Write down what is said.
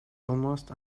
almost